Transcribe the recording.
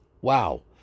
Wow